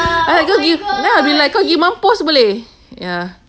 I'll be like pergi mampus boleh ya